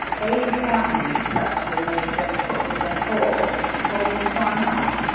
they ain't happy except when they've just put me in a hole and told me to climb out.